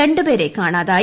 രണ്ടു പേരെ കാണാതായി